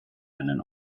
einen